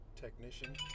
technician